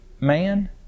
man